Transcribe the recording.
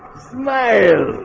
smile